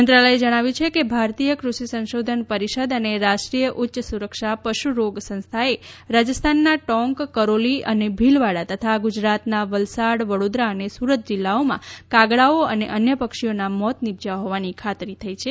મંત્રાલયે જણાવ્યું છે કે ભારતીય ક્રષિ સંશોધન પરિષદ અને રાષ્ટ્રીય ઉચ્ય સુરક્ષા પશુ રોગ સંસ્થાએ રાજસ્થાનના ટોંક કરૌલી અને ભીલવાડા તથા ગુજરાતના વલસાડ વડોદરા અને સુરત જિલ્લામાં કાગડાઓ અને અન્ય પક્ષીઓનાં મોત નિપજ્યા હોવાની ખાતરી થઈ છે